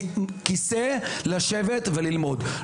מכיסא לשבת וללמוד,